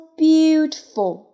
beautiful